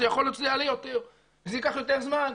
יכול להיות שזה יעלה יותר וזה ייקח יותר זמן.